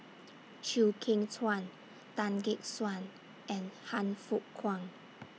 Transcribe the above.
Chew Kheng Chuan Tan Gek Suan and Han Fook Kwang